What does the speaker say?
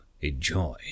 enjoy